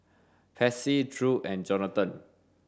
Patsy Drew and Jonathon